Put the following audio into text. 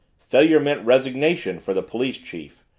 failure meant resignation for the police chief,